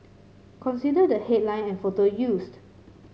consider the headline and photo used